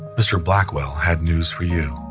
mr. blackwell had news for you.